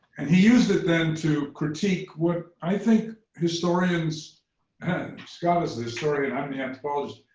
and he used it then to critique what i think historians and scott is the historian. i'm in anthropology.